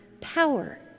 power